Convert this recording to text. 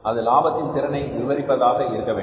அது லாபத்தின் திறனை விவரிப்பதாக இருக்கவேண்டும்